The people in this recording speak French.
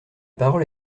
parole